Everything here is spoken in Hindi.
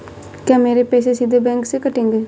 क्या मेरे पैसे सीधे बैंक से कटेंगे?